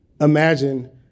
Imagine